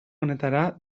honetara